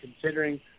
considering